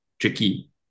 tricky